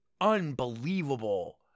unbelievable